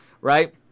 right